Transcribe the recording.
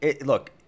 look